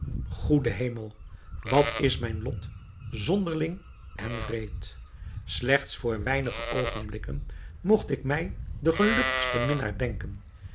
goede hemel wat is mijn lot zonderling en wreed slechts voor weinige oogenblikken mogt ik mij den gelukkigsten minnaar denken